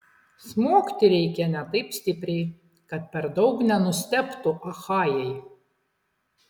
smogti reikia ne taip stipriai kad per daug nenustebtų achajai